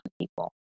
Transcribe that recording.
people